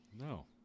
No